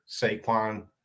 Saquon